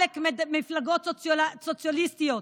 עלק מפלגות סוציאליסטיות.